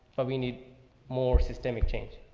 but we need more systemic change.